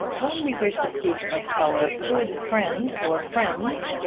when we wish to speak of our good friend or friends,